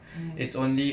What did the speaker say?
really